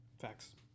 Facts